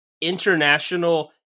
international